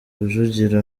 rujugiro